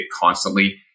constantly